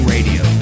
Radio